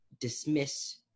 dismiss